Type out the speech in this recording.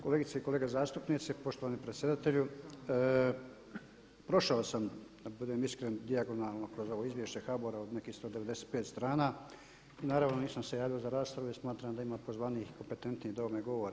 Kolegice i kolege zastupnici, poštovani predsjedatelju prošao sam da vam budem iskren dijagonalno kroz ovo izvješće HBOR-a od nekih 195 strana i naravno nisam se javio za raspravu jer smatram da ima pozvanijih i kompetentnijih da o ovome govore.